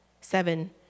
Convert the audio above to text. seven